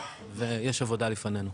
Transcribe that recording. ויש עבודה לפנינו.